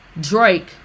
drake